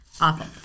Awful